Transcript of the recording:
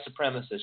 supremacists